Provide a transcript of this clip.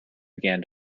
began